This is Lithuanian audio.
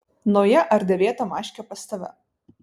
nauja ar dėvėta maškė pas tave